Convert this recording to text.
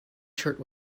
shirt